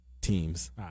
teams